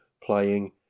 playing